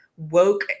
woke